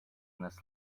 this